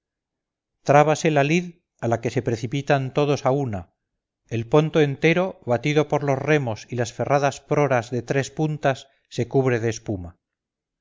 egipcia trábase la lid a la que se precipitan todos a una el ponto entero batido por los remos y las ferradas proras de tres puntas se cubre de espuma